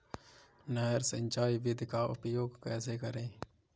नहर सिंचाई विधि का उपयोग कैसे करें?